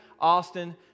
Austin